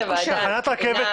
מעבר לכביש 6,